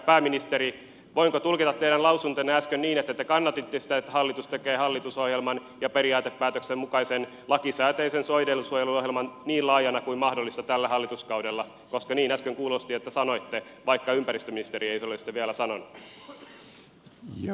pääministeri voinko tulkita teidän lausuntonne äsken niin että te kannatitte sitä että hallitus tekee hallitusohjelman ja periaatepäätöksen mukaisen lakisääteisen soidensuojeluohjelman niin laajana kuin mahdollista tällä hallituskaudella koska niin äsken kuulosti että sanoitte vaikka ympäristöministeri ei ole sitä vielä sanonut